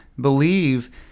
believe